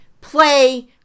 Play